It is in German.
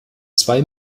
zwei